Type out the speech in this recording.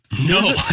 No